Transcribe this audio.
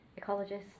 ecologists